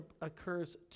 occurs